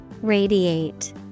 Radiate